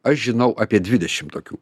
aš žinau apie dvidešim tokių